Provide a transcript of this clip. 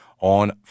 on